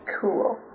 Cool